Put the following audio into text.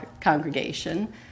congregation